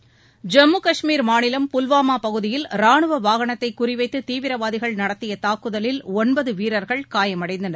ஐம்மு கஷ்மீர் மாநிலம் புல்வாமா பகுதியில் ராணுவ வாகனத்தை குறிவைத்து தீவிரவாதிகள் நடத்திய தாக்குதலில் ஒன்பது வீரர்கள் காயமடைந்தனர்